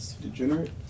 Degenerate